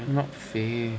you're not 肥